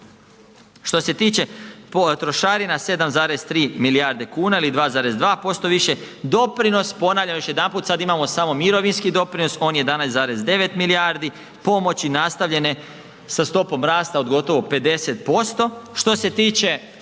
Što se tiče trošarina 7,3 milijarde kuna ili 2,2% više doprinosi, ponavljam još jedanput, sad imamo samo mirovinski doprinos on je 11,9 milijardi, pomoći nastavljene sa stopom rasta od gotovo 50%. Što se tiče